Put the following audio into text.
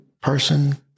person